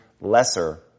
lesser